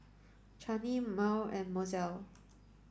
Channie Merl and Mozell